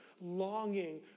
longing